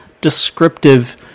descriptive